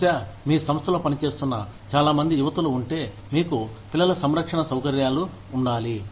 బహుశా మీ సంస్థలో పని చేస్తున్న చాలామంది యువతులు ఉంటే మీకు పిల్లల సంరక్షణ సౌకర్యాలు ఉండాలి